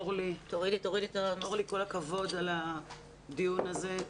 אורלי, כל הכבוד על הדיון הזה,